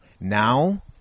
Now